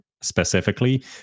specifically